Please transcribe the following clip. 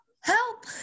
Help